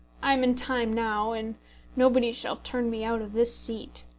i am in time now, and nobody shall turn me out of this seat,